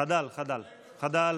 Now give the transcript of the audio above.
חדל, חדל.